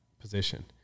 position